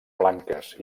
blanques